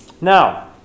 Now